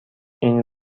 این